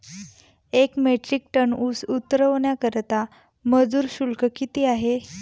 एक metric ton ऊस उतरवण्याकरता मजूर शुल्क किती आहे?